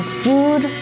food